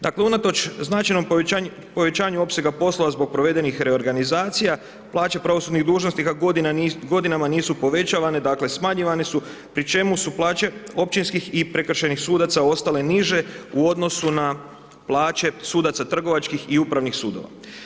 Dakle unatoč značajnom povećanju opsega posla zbog provedenih reorganizacija plaće pravosudnih dužnosnika godinama nisu povećavane, dakle smanjivane su, pri čemu su plaće općinskih i prekršajnih sudaca ostale niže u odnosu na plaće sudaca trgovačkih i upravnih sudova.